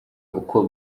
uko